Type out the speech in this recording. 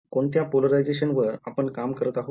कोणत्या polarization वर आपण काम करत आहोत